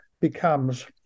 becomes